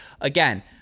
again